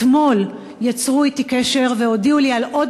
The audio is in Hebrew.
אתמול יצרו אתי קשר והודיעו לי על עוד